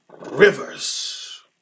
rivers